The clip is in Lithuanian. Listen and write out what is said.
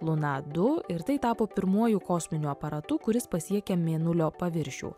luna du ir tai tapo pirmuoju kosminiu aparatu kuris pasiekė mėnulio paviršių